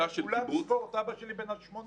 באולם ספורט אבא שלי בן ה-80